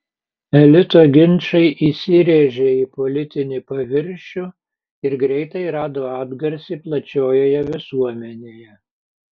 elito ginčai įsirėžė į politinį paviršių ir greitai rado atgarsį plačiojoje visuomenėje